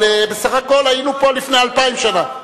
אבל בסך הכול היינו פה לפני אלפיים שנה.